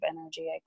energy